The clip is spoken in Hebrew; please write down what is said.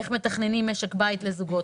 איך מתכננים משק בית לזוגות,